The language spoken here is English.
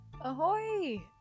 Ahoy